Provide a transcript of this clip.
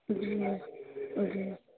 جی جی جی